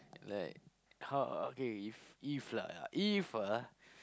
like how uh okay if if lah if ah